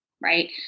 Right